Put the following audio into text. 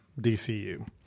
DCU